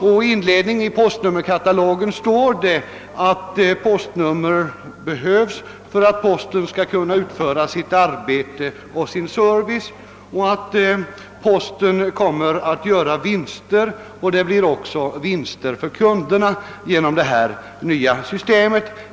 I katalogens inledning står det att postnummer behövs för att postverket skall kunna utföra sitt arbete och lämna sin service och att både posten och dess kunder kommer att göra vinster genom detta nya system.